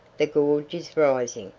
the gorge is rising,